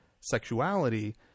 sexuality